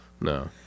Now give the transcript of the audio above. No